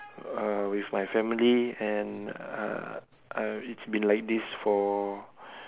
uh with my family and uh it's been like this for